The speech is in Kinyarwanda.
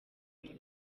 nzu